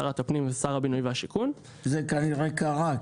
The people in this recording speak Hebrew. שרת הפנים ושר הבינוי והשיכון..." --- זה כנראה קרה,